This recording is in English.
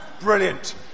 brilliant